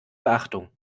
beachtung